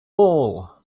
all